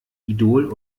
idol